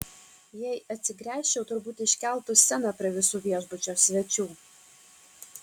jei atsigręžčiau turbūt iškeltų sceną prie visų viešbučio svečių